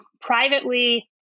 privately